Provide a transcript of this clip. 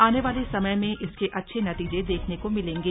आने वाले समय में इसके अच्छे नतीजे देखने को मिलेंगे